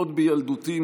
עוד בילדותי,